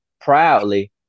proudly